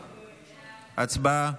הצבעה.